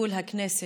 הכנסת,